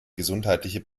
gesundheitliche